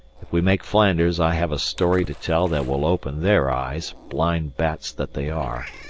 if we make flanders i have a story to tell that will open their eyes, blind bats that they are,